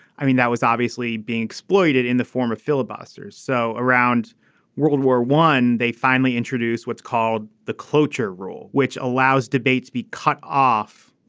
i mean that was obviously being exploited in the form of filibusters. so around world war one they finally introduced what's called the cloture rule which allows debate to be cut off.